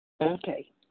Okay